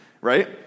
right